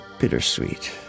bittersweet